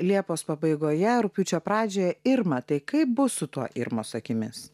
liepos pabaigoje rugpjūčio pradžioje irma tai kaip bus su tuo irmos akimis